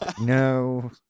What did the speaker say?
No